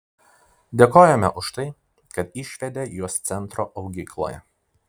dėkojame už tai kad išvedė juos centro augykloje